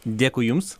dėkui jums